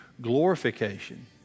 glorification